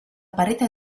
parete